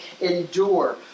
endure